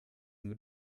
nur